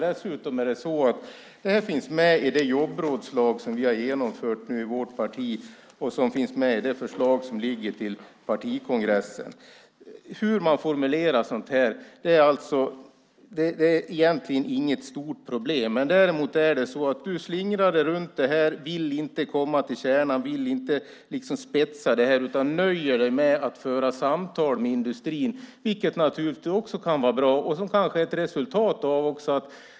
Dessutom finns det med i det jobbrådslag som vi har genomfört i vårt parti, och det finns med i det förslag till partikongressen som föreligger. Hur man formulerar ett sådant direktiv är egentligen inte ett stort problem. Du slingrar dig runt detta och vill inte komma fram till något och spetsa det. Du nöjer dig med att föra samtal med industrin. Det kan naturligtvis också vara bra.